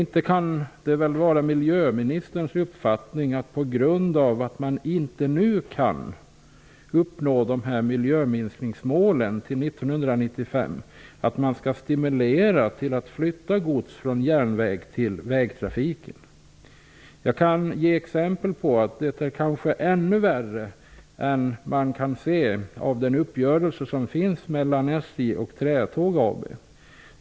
Det kan väl inte vara miljöministerns uppfattning att på grund av att man nu inte kan uppnå miljöminskningsmålen fram till år 1995 skall man stimulera flyttandet av gods från järnväg till väg. Jag kan ge exempel på att det kanske är ännu värre än vad man kan se av den uppgörelse som finns mellan SJ och Trätåg AB.